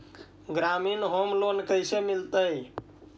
ग्रामीण home loan कैसे मिलतै?